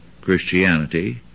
Christianity